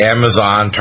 Amazon